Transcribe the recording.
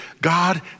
God